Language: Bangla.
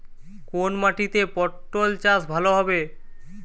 কোন মাটিতে পটল চাষ ভালো হবে?